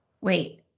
Wait